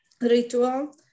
ritual